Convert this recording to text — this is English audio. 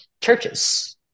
churches